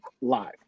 live